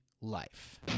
life